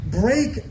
Break